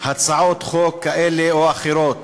הצעות חוק כאלה ואחרות